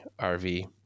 RV